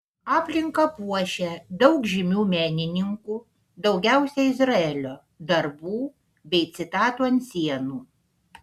aplinką puošia daug žymių menininkų daugiausiai izraelio darbų bei citatų ant sienų